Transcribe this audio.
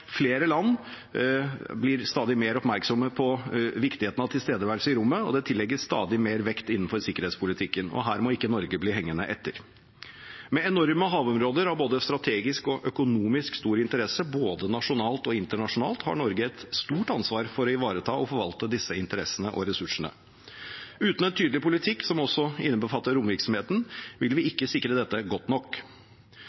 flere land blir stadig mer oppmerksomme på viktigheten av tilstedeværelse i rommet, og det tillegges stadig mer vekt innenfor sikkerhetspolitikken. Her må ikke Norge bli hengende etter. Med enorme havområder av strategisk og økonomisk stor interesse både nasjonalt og internasjonalt har Norge et stort ansvar for å ivareta og forvalte disse interessene og ressursene. Uten en tydelig politikk som også innbefatter romvirksomheten, vil vi